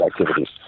activities